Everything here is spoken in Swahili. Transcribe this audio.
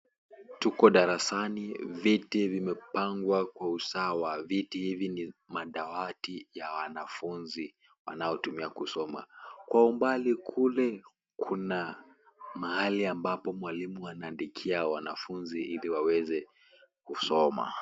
Tuko darasani viti vimepangwa kwa usawa . Viti hivi ni madawati ya wanafunzi wanaotumia kusoma . Kwa umbali kule kuna mahali ambapo mwalimu anaandikia wanafunzi ili waweze kusoma.